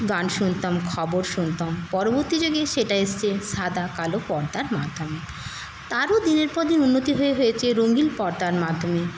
গান শুনতাম খবর শুনতাম পরবর্তী দিনে সেটা এসছে সাদা কালো পর্দার মাধ্যমে তারও দিনের পর দিন উন্নতি হয়ে হয়ে হয়েছে রঙ্গিন পর্দার মাধ্যমে